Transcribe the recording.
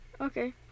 Okay